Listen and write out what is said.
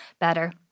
better